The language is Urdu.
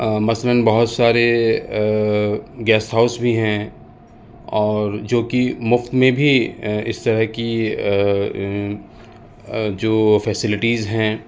مثلاً بہت سارے گیسٹ ہاؤس بھی ہیں اور جو کہ مفت میں بھی اس طرح کی جو فیسلٹیز ہیں